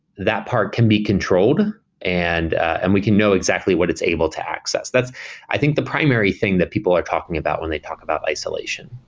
that part can be controlled and and we can know exactly what it's able to access. that's i think the primary thing that people are talking about when they talk about isolation,